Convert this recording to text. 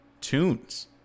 tunes